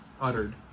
uttered